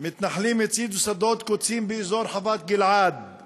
"מתנחלים הציתו שדות קוצים באזור חוות-גלעד";